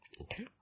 Okay